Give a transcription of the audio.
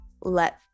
let